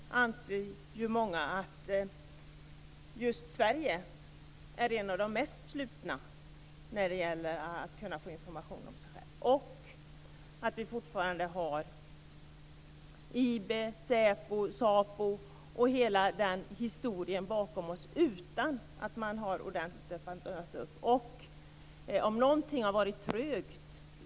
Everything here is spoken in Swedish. Fru talman! Först och främst: Det justitieministern nu säger är att den öppenhet som man ville skapa i säpo anser justitieministern i praktiken inte gick att genomföra. I så fall tycker jag att justitieministern borde ha framfört detta tidigare. Den andra delen tycker jag är hur man gör i andra länder. I dag anser många att just Sverige är ett av de mest slutna länderna när det gäller att kunna få information om sig själv. Vi har fortfarande IB, SÄPO, "SAPO" och hela den historien bakom oss utan att man har öppnat ordentligt.